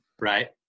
right